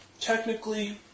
technically